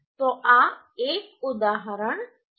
તો આ એક ઉદાહરણ છે